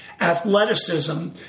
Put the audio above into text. athleticism